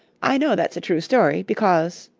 i know that's a true story, because,